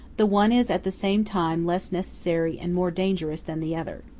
the one is at the same time less necessary and more dangerous than the other.